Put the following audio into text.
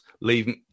leave